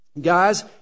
Guys